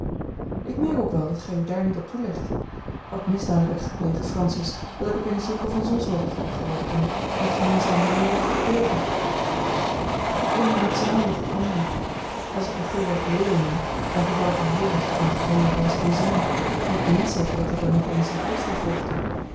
ik merk ook wel dat gij u daar niet op toelegt wat misdaad heb ik gepleegd francis dat ik op eens jonker van zonshoven voor u geworden ben en het gemeenzame leo verbeurd heb het eene hangt samen met het andere als ik u gulweg leo noem dan verval ik al heel licht tot mijne gewone wijze van zijn en ik ben niet zeker dat er dan niet eens een uitval volgt die